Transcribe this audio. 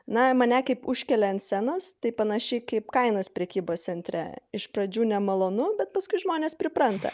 na mane kaip užkelia ant scenos taip panašiai kaip kainas prekybos centre iš pradžių nemalonu bet paskui žmonės pripranta